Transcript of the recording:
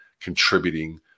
contributing